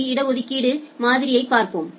B இட ஒதுக்கீடு மாதிரியைப் பார்ப்போம்